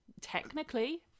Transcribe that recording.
technically